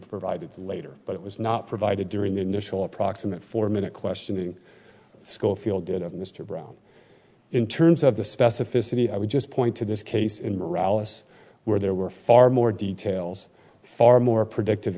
provided later but it was not provided during the initial approximate four minute questioning scofield did of mr brown in terms of the specificity i would just point to this case in morale us where there were far more details far more predictive